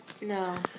no